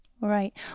Right